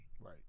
Right